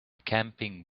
camping